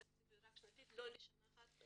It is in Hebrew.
שהתקציב רב שנתי ולא לשנה אחת.